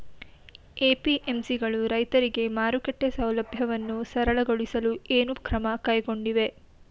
APMC ಗಳು ರೈತರಿಗೆ ಮಾರುಕಟ್ಟೆ ಸೌಲಭ್ಯವನ್ನು ಸರಳಗೊಳಿಸಲು ಏನು ಕ್ರಮ ಕೈಗೊಂಡಿವೆ?